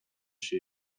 się